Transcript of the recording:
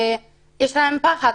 יש להן פחד,